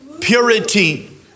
purity